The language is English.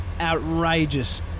outrageous